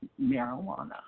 marijuana